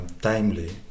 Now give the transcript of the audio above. timely